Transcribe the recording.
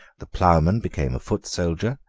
the ploughman became a foot soldier,